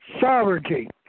sovereignty